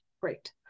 Great